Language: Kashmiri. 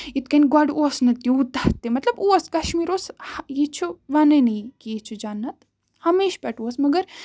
یِتھ کٔنۍ گۄڈٕ اوس نہٕ تیوٗتاہ تہِ مطلب اوس کَشمیٖر اوس یہِ چھُ وَنٲنی کہِ یہِ چھُ جنت ہمیشہٕ پٮ۪ٹھ اوس مَگر